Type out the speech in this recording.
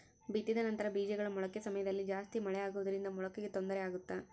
ಬಿತ್ತಿದ ನಂತರ ಬೇಜಗಳ ಮೊಳಕೆ ಸಮಯದಲ್ಲಿ ಜಾಸ್ತಿ ಮಳೆ ಆಗುವುದರಿಂದ ಮೊಳಕೆಗೆ ತೊಂದರೆ ಆಗುತ್ತಾ?